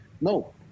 No